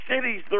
cities